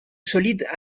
solide